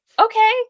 Okay